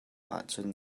ahcun